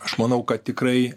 aš manau kad tikrai